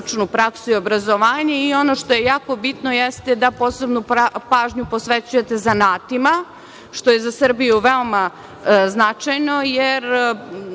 ono što je tako bitno jeste da posebnu pažnju posvećujete zanatima, što je za Srbiju veoma značajno, jer